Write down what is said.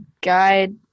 guide